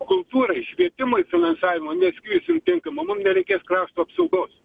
kultūrai švietimui finansavimo neskirsime tinkamo mum nereikės krašto apsaugos